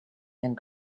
and